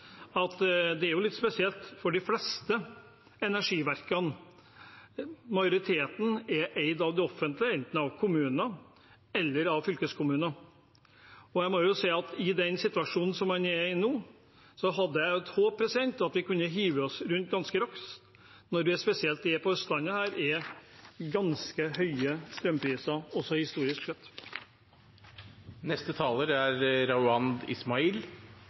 offentlige, enten av kommuner eller fylkeskommuner, og i den situasjonen vi er i nå, hadde jeg et håp om at vi hadde kunnet hive oss rundt ganske raskt. Spesielt her på Østlandet er det nå ganske høye strømpriser, også historisk sett. Neste taler er Rauand Ismail.